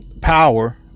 power